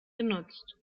genutzt